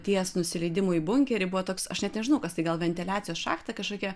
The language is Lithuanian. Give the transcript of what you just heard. ties nusileidimu į bunkerį buvo toks aš net nežinau kas tai gal ventiliacijos šachta kažkokia